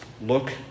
look